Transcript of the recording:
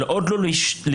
אבל עוד לא להשתקע,